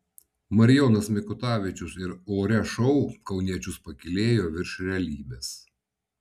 marijonas mikutavičius ir ore šou kauniečius pakylėjo virš realybės